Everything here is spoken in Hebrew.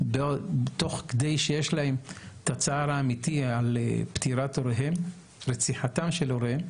תוך כדי שיש להם את הצער האמיתי על רציחתם של הוריהם.